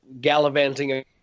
gallivanting